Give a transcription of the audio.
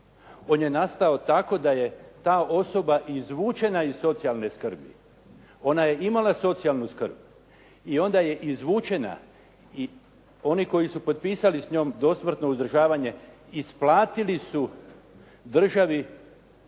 On je nastao tako da je ta osoba izvučena iz socijalne skrbi. Ona je imala socijalnu skrb i ona je izvučena i oni koji su potpisali s njom dosmrtno uzdržavanje isplatili su državi